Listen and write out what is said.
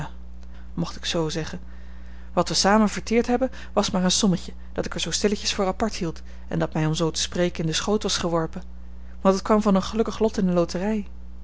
mocht ik zoo zeggen wat we samen verteerd hebben was maar een sommetje dat ik er zoo stilletjes voor apart hield en dat mij om zoo te spreken in den schoot was geworpen want het kwam van een gelukkig lot in de loterij